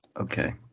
Okay